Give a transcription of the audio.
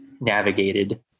navigated